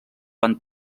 van